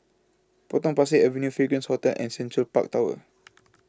Potong Pasir Avenue Fragrance Hotel and Central Park Tower